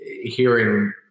hearing